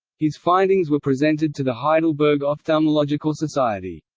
his findings were presented to the heidelberg ophthalmological society.